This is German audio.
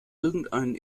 irgendeinen